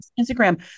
Instagram